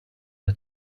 her